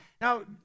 Now